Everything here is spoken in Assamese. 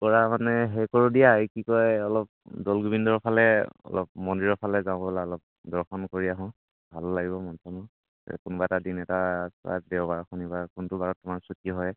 কি কৰা মানে হেৰি কৰোঁ দিয়া এ কি কয় অলপ দৌল গোবিন্দৰ ফালে অলপ মন্দিৰৰ ফালে যাওঁ ব'লা অলপ দৰ্শন কৰি আহোঁ ভালো লাগিব মন চনো এই কোনোবা এটা দিন এটা চোৱা দেওবাৰ শনিবাৰ কোনটো বাৰত তোমাৰ ছুটি হয়